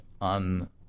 on